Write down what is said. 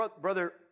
Brother